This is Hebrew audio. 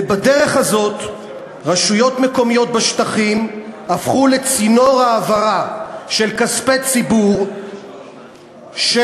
ובדרך הזאת רשויות מקומיות בשטחים הפכו לצינור העברה של כספי ציבור של